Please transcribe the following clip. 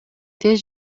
тез